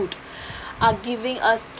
food are giving us